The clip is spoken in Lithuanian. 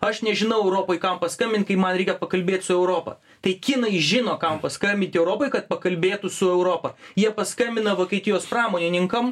aš nežinau europoj kam paskambint kai man reikia pakalbėt su europa tai kinai žino kam paskambinti europoj kad pakalbėtų su europa jie paskambina vokietijos pramonininkam